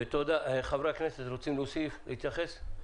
חברי הכנסת, רוצים להוסיף או להתייחס?